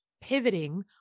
pivoting